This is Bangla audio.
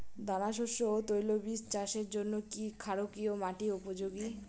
দানাশস্য ও তৈলবীজ চাষের জন্য কি ক্ষারকীয় মাটি উপযোগী?